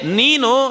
nino